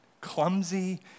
clumsy